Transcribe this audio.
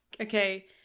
Okay